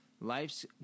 life's